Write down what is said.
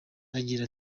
agira